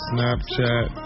Snapchat